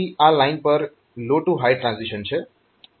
અહીં આ લાઇન પર લો ટૂ હાય ટ્રાન્ઝીશન છે